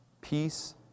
peace